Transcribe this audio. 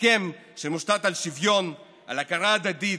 הסכם שמושתת על שוויון, על הכרה הדדית,